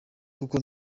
kuko